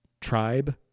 tribe